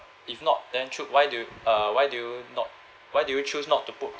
if not then ch~ why do you uh why do you not why do you choose not to put